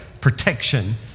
protection